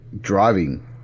driving